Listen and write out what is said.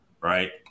right